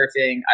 surfing